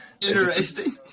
interesting